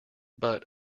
but